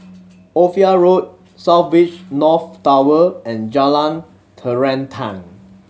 Ophir Road South Beach North Tower and Jalan Terentang